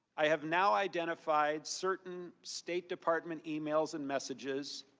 i have now identified certain state department emails and messages.